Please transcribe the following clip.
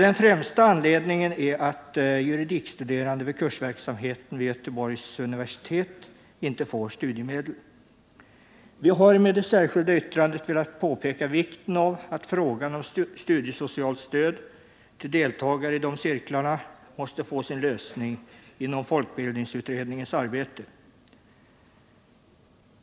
Den främsta anledningen är att juridikstuderande vid Kursverksamheten vid Göteborgs universitet inte får studiemedel. Vi har med det särskilda yttrandet velat framhålla vikten av att frågan om studiesocialt stöd till deltagare i dessa cirklar måste få sin lösning inom folkbildningsutredningens arbete.